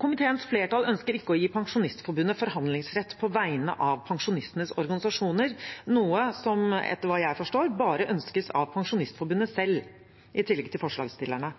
Komiteens flertall ønsker ikke å gi Pensjonistforbundet forhandlingsrett på vegne av pensjonistenes organisasjoner, noe som, etter hva jeg forstår, bare ønskes av Pensjonistforbundet selv, i tillegg til forslagsstillerne.